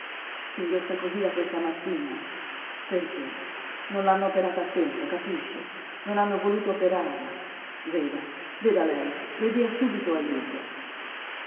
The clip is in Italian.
singhiozza così da questa mattina perché non l'hanno operata a tempo capisce non hanno voluto operarla veda veda lei le dia subito ajuto